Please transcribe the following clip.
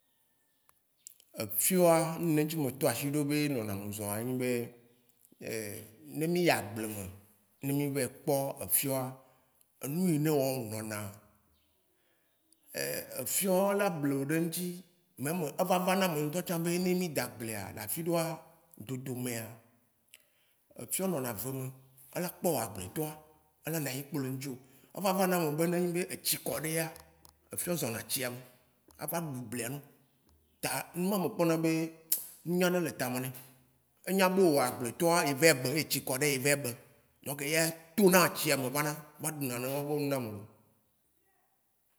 Efióa, nuine ŋtsi me tɔ aʃí be enɔna ŋdzɔ̃a enyi be ne mí yi agble me ne mí va yi kpɔ efióa, enuyine wɔ wo nɔna, efió wo la ble wo ɖe ŋtsi, meme eva vana me ŋtɔ tsã be ne mí da agblea le afiɖoa, ɖoɖo mea efió nɔna eve me ela kpoa agble tɔa, enɔna nyi kpo le ŋtsio. Eva va na eme be nunyaɖe etsi kɔdea afiɔ zãna tsiame. Ava ɖu bleanu ta meme kpɔnɔ be enyianu le tɔa me ne, enyia be woa able tɔa evɛ be etsi ko ɖee, evɛ be, donk eya tóna tsiame va na, va ɖuna nene vɔa na ame loo.